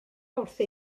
wrthi